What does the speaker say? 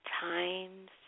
Times